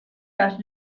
las